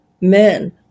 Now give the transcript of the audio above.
men